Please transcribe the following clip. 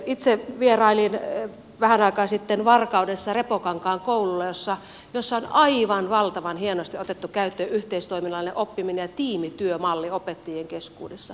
itse vierailin vähän aikaa sitten varkaudessa repokankaan koululla jossa on aivan valtavan hienosti otettu käyttöön yhteistoiminnallinen oppiminen ja tiimityömalli opettajien keskuudessa